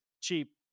cheap